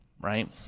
right